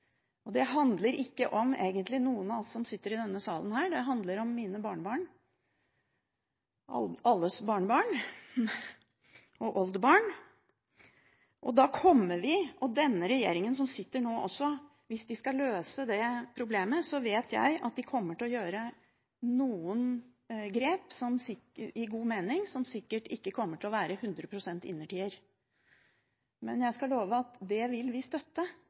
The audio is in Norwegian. på. Det handler ikke egentlig om noen av oss som sitter i denne salen, det handler om mine barnebarn – alles barnebarn – og oldebarn. Da kommer vi – også denne regjeringen som sitter nå, hvis de skal løse det problemet – til å gjøre noen grep i god mening som sikkert ikke kommer til å være 100 pst. innertier. Men jeg skal love at det vil vi støtte,